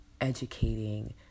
educating